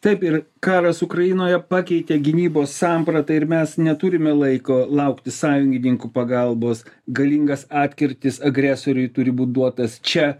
taip ir karas ukrainoje pakeitė gynybos sampratą ir mes neturime laiko laukti sąjungininkų pagalbos galingas atkirtis agresoriui turi būt duotas čia